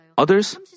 Others